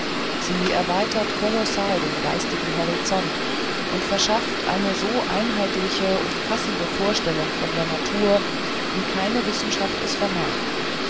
sie erweitert kolossal den geistigen horizont und verschafft eine so einheitliche allumfassende vorstellung von der natur wie keine wissenschaft es vermag